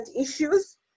issues